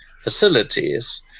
facilities